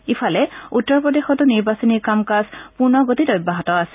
ইফালে উত্তৰপ্ৰদেশতো নিৰ্বাচনী কাম কাজ পূৰ্ণ গতিত অব্যাহত আছে